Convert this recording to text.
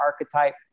archetype